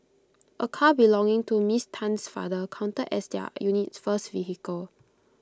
A car belonging to miss Tan's father counted as their unit's first vehicle